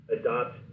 adopt